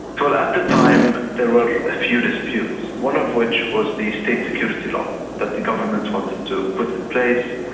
well, at the time there were a few disputes, one of which was the state security law that the government wanted to put in place,